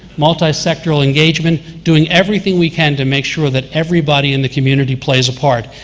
multi-sectoral engagement, doing everything we can to make sure that everybody in the community plays a part.